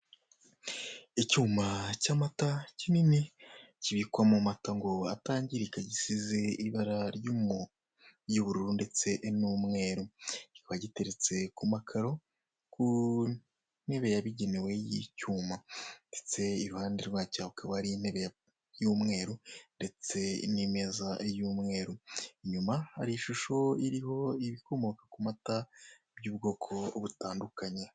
Icyuma cy'amata kinini kibikwamo amata ngo atangirika gisize ibara ry'ubururu ndetse n'umweru, kikaba giteretse ku makaro, ku ntebe yabigenewe y'icyuma ndetse iruhande rwacyo hakaba hari intebe y'umweru ndetse n'imeza y'umweru, inyuma hari ishusho iriho ibikomoka ku mata by'ubwoko butandukanye.